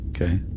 Okay